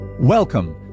Welcome